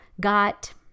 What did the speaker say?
got